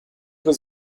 was